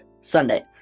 Sunday